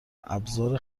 ابزار